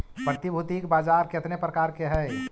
प्रतिभूति के बाजार केतने प्रकार के हइ?